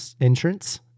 entrance